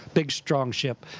big strong ship,